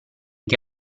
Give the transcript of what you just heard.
che